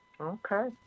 Okay